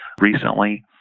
recently